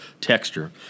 texture